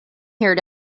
here